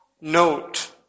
Note